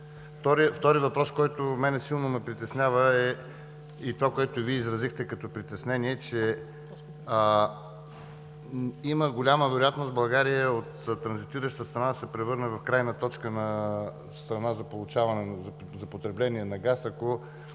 Вторият въпрос, който мен силно ме притеснява, е, и това, което изразихте като притеснение, че има голяма вероятност България от транзитираща страна да се превърне в крайна точка на страна за получаване, за потребление на газ, ако